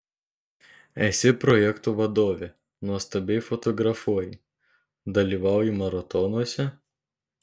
esi projektų vadovė nuostabiai fotografuoji dalyvauji maratonuose